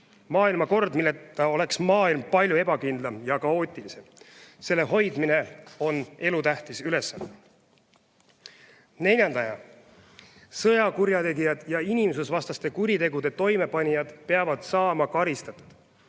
Maailmakord, milleta oleks maailm palju ebakindlam ja kaootilisem. Selle hoidmine on elutähtis ülesanne. Neljandaks, sõjakurjategijad ja inimsusvastaste kuritegude toimepanijad peavad saama karistatud.